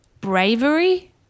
bravery